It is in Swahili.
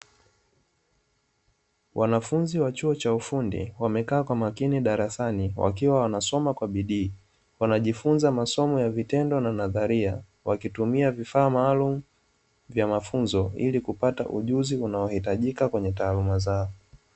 Wanafunzi wa chuo cha ufundi wamekaa kwa makini darasani, wakiwa wanasoma kwa bidii wanajifunza masomo ya vitendo na nadharia wakitumia vifaa maalum vya mafunzo ili kupata ujuzi unao hitajika kwenye taaluma zao.